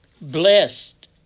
Blessed